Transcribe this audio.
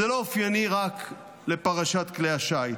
זה לא אופייני רק לפרשת כלי השיט.